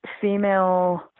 female